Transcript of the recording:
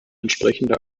entsprechende